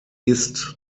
ist